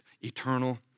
eternal